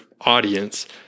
audience